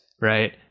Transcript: Right